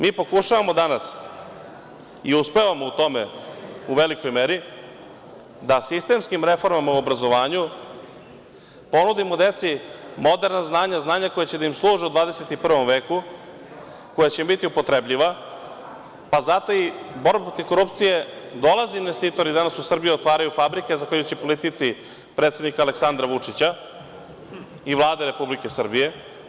Mi pokušavamo danas i uspevamo u tome, u velikoj meri, da sistemskim reformama u obrazovanju ponudimo deci moderna znanja, znanja koja će da im služe u 21. veku, koja će im biti upotrebljiva, pa zato i borba protiv korupcije, dolaze investitori danas u Srbiju i otvaraju fabrike zahvaljujući politici predsednika Aleksandra Vučića i Vlade Republike Srbije.